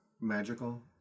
magical